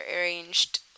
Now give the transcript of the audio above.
arranged